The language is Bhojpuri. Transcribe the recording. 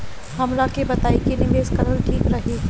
हमरा के बताई की निवेश करल ठीक रही?